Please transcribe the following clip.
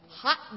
Hot